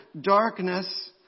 darkness